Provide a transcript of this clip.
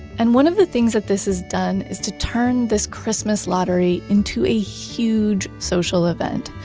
and one of the things that this has done is to turn this christmas lottery into a huge social event.